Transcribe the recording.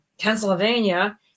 Pennsylvania